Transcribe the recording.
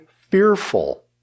fearful